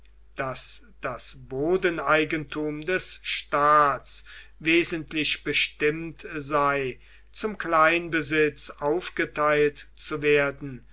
daß das bodeneigentum des staats wesentlich bestimmt sei zum kleinbesitz aufgeteilt zu werden